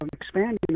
Expanding